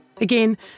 Again